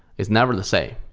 it's never the same.